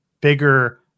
bigger